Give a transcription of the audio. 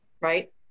right